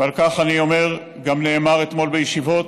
ועל כך אני אומר, וגם נאמר אתמול בישיבות,